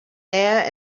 there